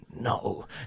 no